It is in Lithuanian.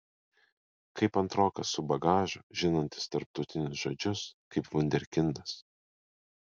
kaip antrokas su bagažu žinantis tarptautinius žodžius kaip vunderkindas